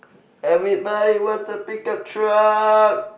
everybody wants a pick up truck